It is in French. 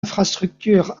infrastructure